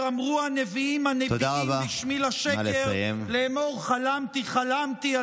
אמרו הנבאים הנבאים בשמי שקר לאמר חלמתי חלמתי".